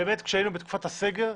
באמת כשהיינו בתקופת הסגר,